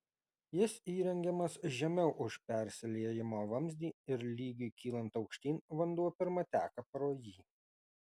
jis įrengiamas žemiau už persiliejimo vamzdį ir lygiui kylant aukštyn vanduo pirma teka pro jį